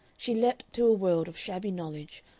she leaped to a world of shabby knowledge,